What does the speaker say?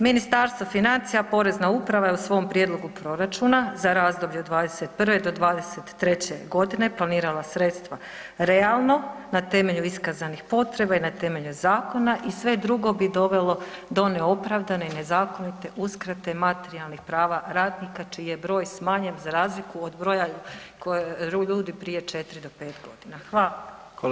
Ministarstvo financija, Porezna uprava je u svom prijedlogu proračuna za razdoblje od '21. do '23.g. planirala sredstva realno na temelju iskazanih potreba i na temelju zakona i sve drugo bi dovelo do neopravdane i nezakonite uskrate materijalnih prava radnika čiji je broj smanjen za razliku od broja ljudi prije 4 do 5.g. Hvala.